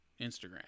Instagram